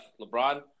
LeBron